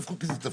א' כי זה תפקידה.